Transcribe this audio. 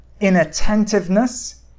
inattentiveness